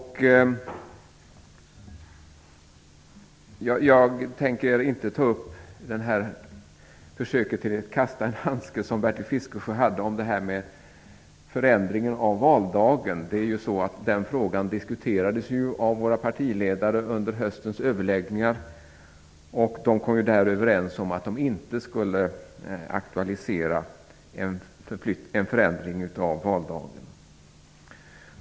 Jag tänker inte ta upp Bertil Fiskesjös försök att kasta en handske om förändringen av valdagen. Den frågan diskuterades ju av våra partiledare under höstens överläggningar, och de kom då överens om att de inte skulle aktualisera en förändring av valdagen.